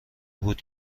بود